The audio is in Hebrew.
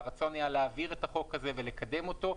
והרצון היה להעביר את החוק הזה ולקדם אותו,